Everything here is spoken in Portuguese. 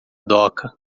doca